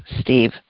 Steve